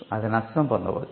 అది నష్టం పొందవచ్చు